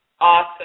Awesome